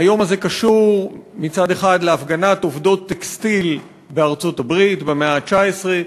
היום הזה קשור מצד אחד להפגנת עובדות טקסטיל בארצות-הברית במאה ה-19,